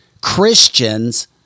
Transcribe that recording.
Christians